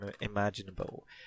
imaginable